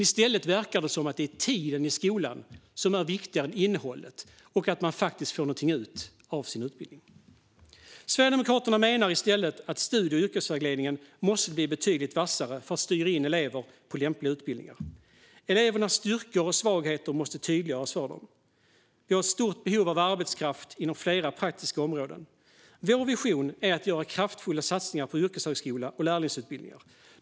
I stället verkar det som att det är tiden i skolan som är viktigare än innehållet och att man faktiskt får ut något av utbildningen. Sverigedemokraterna menar i stället att studie och yrkesvägledningen måste bli betydligt vassare för att styra in elever på lämpliga utbildningar. Elevernas styrkor och svagheter måste tydliggöras för dem. Vi har ett stort behov av arbetskraft inom flera praktiska områden. Vår vision är att göra kraftfulla satsningar på yrkeshögskola och lärlingsutbildningar.